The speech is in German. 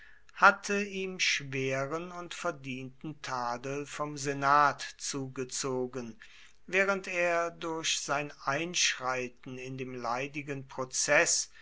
hatte ihm schweren und verdienten tadel vom senat zugezogen während er durch sein einschreiten in dem leidigen prozeß